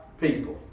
people